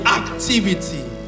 activity